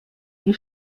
die